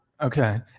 Okay